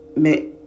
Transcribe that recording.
mais